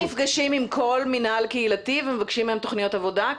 אתם נפגשים עם כל מינהל קהילתי ומבקשים תוכניות עבודה?